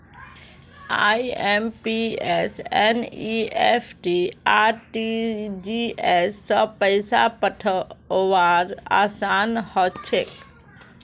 IMPS NEFT RTGS स पैसा पठऔव्वार असान हछेक